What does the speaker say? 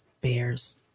bears